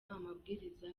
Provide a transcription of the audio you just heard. amabwiriza